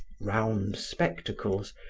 round spectacles,